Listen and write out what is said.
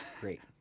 Great